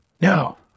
No